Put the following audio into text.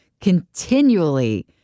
continually